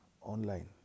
online